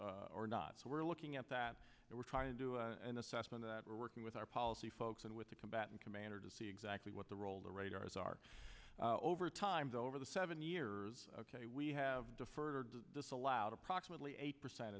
or not so we're looking at that and we're trying to do an assessment that we're working with our policy folks and with the combatant commander to see exactly what the role the radars are over times over the seven years ok we have deferred disallowed approximately eight percent